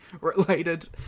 related